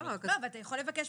אתה יכול לבקש